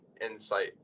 insight